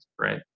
right